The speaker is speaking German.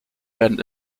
werden